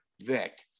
Vic